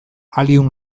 allium